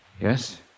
Yes